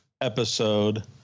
episode